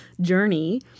journey